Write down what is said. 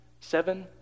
Seven